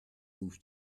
ruth